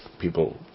people